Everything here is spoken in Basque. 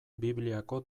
bibliako